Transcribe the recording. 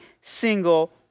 single